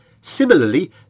Similarly